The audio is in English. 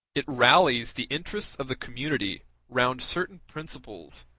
it rallies the interests of the community round certain principles,